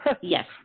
Yes